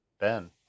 Ben